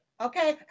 Okay